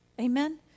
Amen